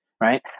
Right